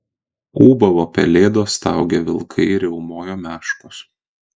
ūbavo pelėdos staugė vilkai riaumojo meškos